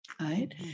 Right